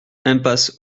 impasse